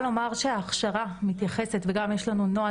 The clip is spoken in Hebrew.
אני יכולה להגיד שההכשרה מתייחסת וגם יש לנו נוהל